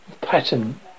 pattern